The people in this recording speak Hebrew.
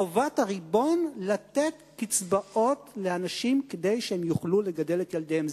חובת הריבון לתת קצבאות לאנשים כדי שהם יוכלו לגדל את ילדיהם.